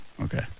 okay